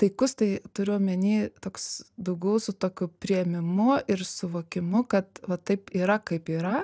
taikus tai turiu omeny toks daugiau su tokiu priėmimu ir suvokimu kad va taip yra kaip yra